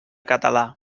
català